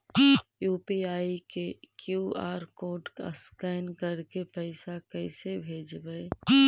UPI के QR code scan करके पैसा कैसे भेजबइ?